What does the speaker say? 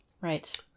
right